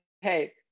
hey